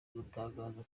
gutangaza